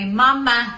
mama